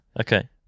Okay